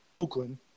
Oakland